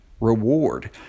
reward